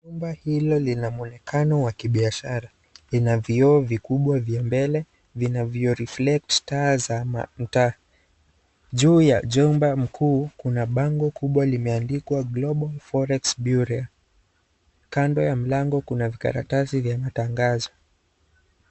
Nyumba hilo lina mwonekana wa kibiashara. Lina vioo vikubwa vya mbele vinavyo reflect taa za mtaa. Juu ya jumba mkuu kuna bango kubwa limeandikwa global forex bureau . Kando ya mlango kuna vikaratasi vya matangazo.